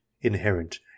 inherent